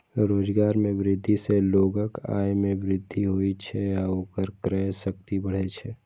रोजगार मे वृद्धि सं लोगक आय मे वृद्धि होइ छै आ ओकर क्रय शक्ति बढ़ै छै